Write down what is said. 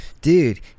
Dude